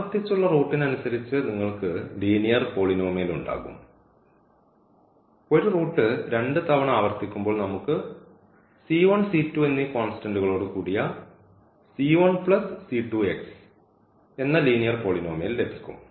ആവർത്തിച്ചുള്ള റൂട്ടിന് അനുസരിച്ച് നിങ്ങൾക്ക് ലീനിയർ പോളിനോമിയൽ ഉണ്ടാകും ഒരു റൂട്ട് 2 തവണ ആവർത്തിക്കുമ്പോൾ നമുക്ക് എന്നീ കോൺസ്റ്റന്റ്കളോട് കൂടിയ എന്ന ലീനിയർ പോളിനോമിയൽ ലഭിക്കും